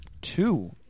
Two